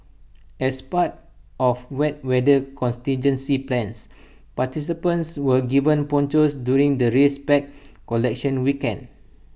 as part of wet weather contingency plans participants were given ponchos during the race pack collection weekend